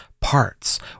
parts